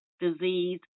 disease